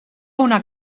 una